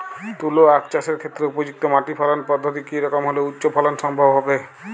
তুলো আঁখ চাষের ক্ষেত্রে উপযুক্ত মাটি ফলন পদ্ধতি কী রকম হলে উচ্চ ফলন সম্ভব হবে?